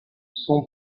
son